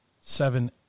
seven